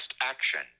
action